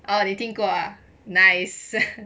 oh 你听过 ah nice